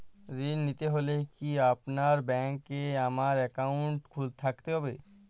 ঋণ নিতে হলে কি আপনার ব্যাংক এ আমার অ্যাকাউন্ট থাকতে হবে?